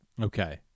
Okay